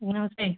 नमस्ते